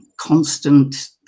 constant